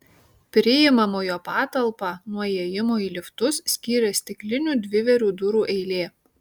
priimamojo patalpą nuo įėjimų į liftus skyrė stiklinių dvivėrių durų eilė